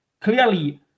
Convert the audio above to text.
clearly